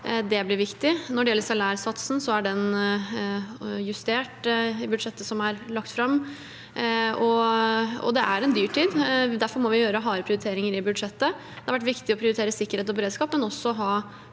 Det blir viktig. Når det gjelder salærsatsen, er den justert i budsjettet som er lagt fram. Det er en dyrtid. Derfor må vi gjøre harde prioriteringer i budsjettet. Det har vært viktig å prioritere sikkerhet og beredskap, men vi må også ha